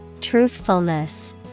Truthfulness